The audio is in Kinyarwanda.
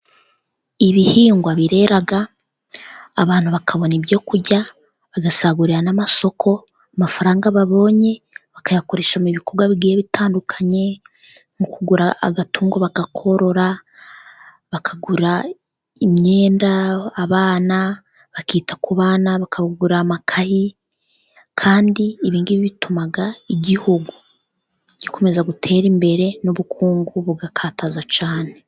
Ibihingwa birera abantu bakabona ibyo kurya, bagasagurira n'amasoko. Amafaranga babonye bakayakoresha mu bikorwa bigiye bitandukanye, mu kugura agatungo bakakorora, bakagurira imyenda abana, bakita ku bana. bakabagurira amakayi, kandi ibi ngibi bituma igihugu gikomeza gutera imbere, n'ubukungu bugakataza cyane.